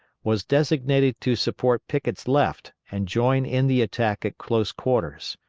was designated to support pickett's left and join in the attack at close quarters.